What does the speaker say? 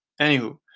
anywho